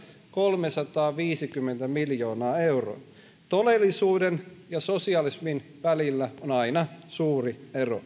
kolmesataaviisikymmentä miljoonaa euroa todellisuuden ja sosialismin välillä on aina suuri ero